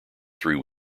three